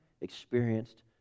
experienced